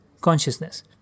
consciousness